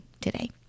today